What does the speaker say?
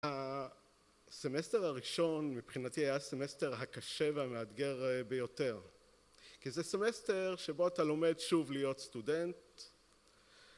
הסמסטר הראשון, מבחינתי היה הסמסטר הקשה והמאתגר ביותר, כי זה סמסטר שבו אתה לומד שוב להיות סטודנט